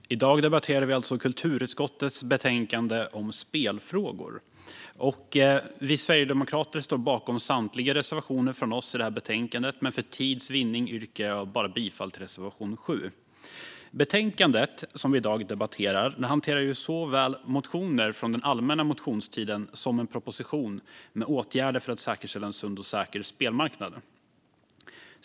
Fru talman! I dag debatterar vi kulturutskottets betänkande om spelfrågor. Vi sverigedemokrater står bakom samtliga reservationer från oss i betänkandet, men för tids vinning yrkar jag bifall bara till reservation 7. I betänkandet som vi i dag debatterar hanteras såväl motioner från den allmänna motionstiden som en proposition med åtgärder för att säkerställa en sund och säker spelmarknad.